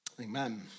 Amen